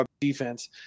defense